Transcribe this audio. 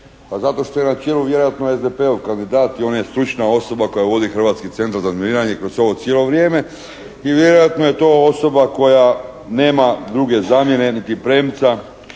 zato što je na čelu vjerojatno SDP-ov kandidat i on je stručna osoba koja vodi Hrvatski centar za razminiranje kroz ovo cijelo vrijeme i vjerojatno je to osoba koja nema druge zamjene niti premca.